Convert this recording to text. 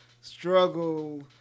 struggle